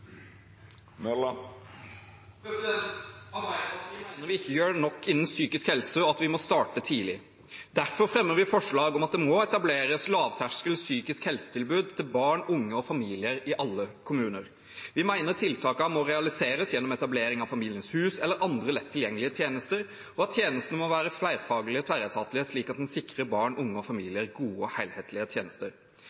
Arbeiderpartiet mener vi ikke gjør nok innen psykisk helse, og at vi må starte tidlig. Derfor fremmer vi – sammen med Sosialistisk Venstreparti – forslag om at det må etableres lavterskel psykisk helsetilbud til barn, unge og familier i alle kommuner. Vi mener tiltakene må realiseres gjennom etablering av Familiens hus eller andre lett tilgjengelige tjenester, og at tjenestene må være flerfaglige og tverretatlige, slik at en sikrer barn, unge og